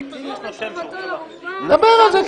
הוא יש לו --- נדבר על זה,